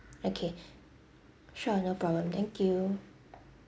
okay sure no problem thank you